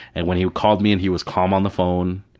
and when he called me and he was calm on the phone,